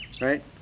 right